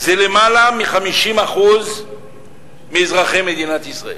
זה למעלה מ-50% מאזרחי מדינת ישראל.